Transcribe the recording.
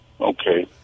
Okay